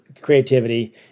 creativity